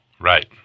Right